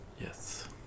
yes